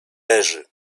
leży